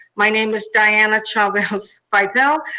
my name is dianna chavez bipel,